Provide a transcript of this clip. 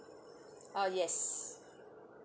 uh yes